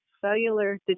cellular